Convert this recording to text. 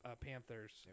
Panthers –